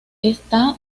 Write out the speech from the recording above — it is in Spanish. está